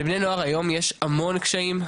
לבני נוער היום יש המון קשיים,